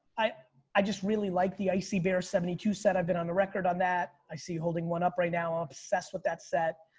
i i just really liked the icee bear seventy two set. i've been on the record on that. i see your holding one up right now obsessed with that set.